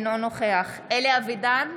אינו נוכח אלי אבידר,